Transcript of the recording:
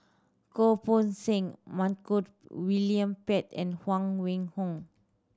Goh Poh Seng Montague William Pett and Huang Wenhong